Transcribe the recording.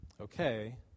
Okay